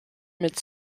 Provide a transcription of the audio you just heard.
mit